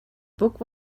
book